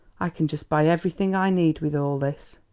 i can just buy everything i need with all this.